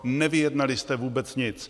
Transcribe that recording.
Nevyjednali jste vůbec nic!